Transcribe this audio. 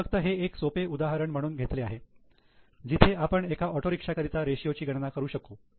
मी फक्त हे एक सोपे उदाहरण म्हणून घेतले आहे जिथे आपण एका ऑटोरिक्षा करिता रेषीयो ची गणना करू शकू